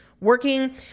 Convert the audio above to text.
working